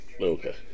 Okay